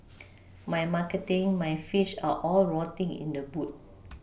my marketing my fish are all rotting in the boot